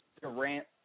Durant